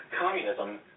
communism